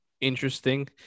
interesting